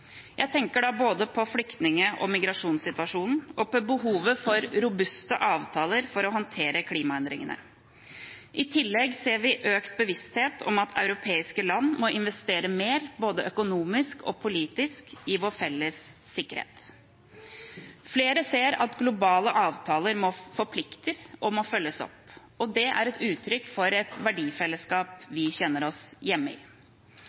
Jeg tenker da både på flyktning- og migrasjonssituasjonen og på behovet for robuste avtaler for å håndtere klimaendringene. I tillegg ser vi økt bevissthet om at europeiske land må investere mer, både økonomisk og politisk, i vår felles sikkerhet. Flere ser at globale avtaler forplikter og må følges opp, og det er et uttrykk for et verdifellesskap vi kjenner oss hjemme i.